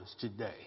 today